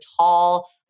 tall